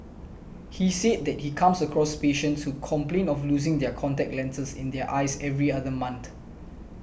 he said that he comes across patients who complain of losing their contact lenses in their eyes every other month